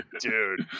Dude